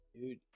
dude